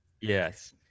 Yes